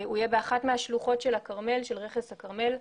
הוא יהיה באחת מהשלוחות של הכרמל, של רכס הכרמל,